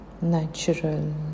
natural